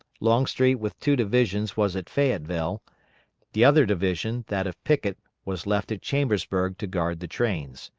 longstreet with two divisions was at fayetteville the other division, that of pickett, was left at chambersburg to guard the trains.